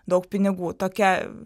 daug pinigų tokia